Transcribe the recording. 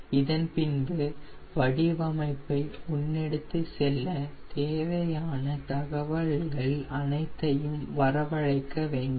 இதன் பின்பு வடிவமைப்பை முன்னெடுத்துச் செல்ல தேவையான தகவல்கள் அனைத்தையும் வரவழைக்க வேண்டும்